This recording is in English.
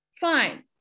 fine